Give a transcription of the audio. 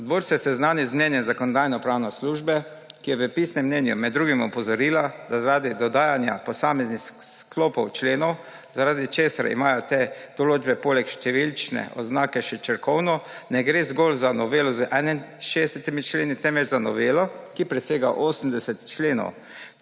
Odbor se je seznanil z mnenjem Zakonodajno-pravne službe, ki je v pisnem mnenju med drugim opozorila, da zaradi dodajanja posameznih sklopov členov, zaradi česar imajo te določbe poleg številčne oznake še črkovno, ne gre zgolj za novelo z 61 členi, temveč za novelo, ki presega 80 členov.